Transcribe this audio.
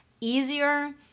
easier